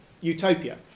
utopia